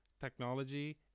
technology